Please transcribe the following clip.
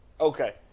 Okay